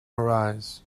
arise